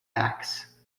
acts